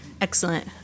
Excellent